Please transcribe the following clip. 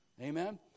Amen